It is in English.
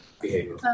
behavior